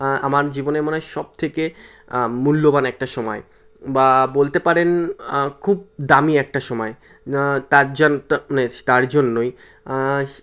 আমার জীবনের মনে হয় সব থেকে মূল্যবান একটা সময় বা বলতে পারেন খুব দামি একটা সময় তার জন্য মানে তার জন্যই